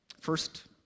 First